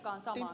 vastatkaa